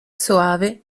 soave